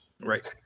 Right